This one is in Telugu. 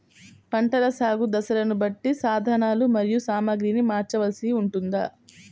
పంటల సాగు దశలను బట్టి సాధనలు మరియు సామాగ్రిని మార్చవలసి ఉంటుందా?